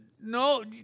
No